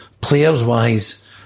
players-wise